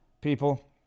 people